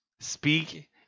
Speak